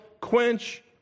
quench